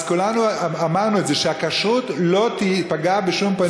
אז כולנו אמרנו את זה: שהכשרות לא תיפגע בשום פנים ואופן.